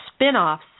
spinoffs